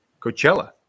Coachella